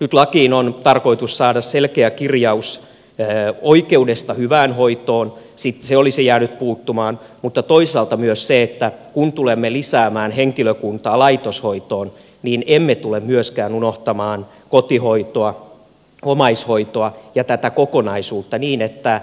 nyt lakiin on tarkoitus saada selkeä kirjaus oikeudesta hyvään hoitoon se olisi jäänyt puuttumaan mutta toisaalta myös se että kun tulemme lisäämään henkilökuntaa laitoshoitoon niin emme tule myöskään unohtamaan kotihoitoa omaishoitoa ja tätä kokonaisuutta niin että